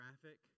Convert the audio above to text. traffic